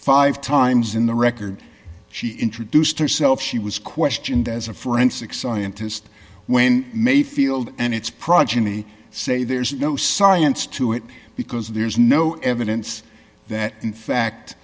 five times in the record she introduced herself she was questioned as a forensic scientist when mayfield and its progeny say there's no science to it because there is no evidence that in fact